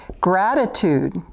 Gratitude